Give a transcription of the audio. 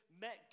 met